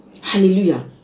Hallelujah